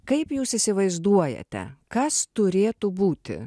kaip jūs įsivaizduojate kas turėtų būti